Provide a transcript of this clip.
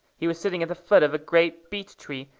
he was sitting at the foot of a great beech-tree,